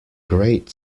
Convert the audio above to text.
great